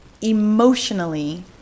emotionally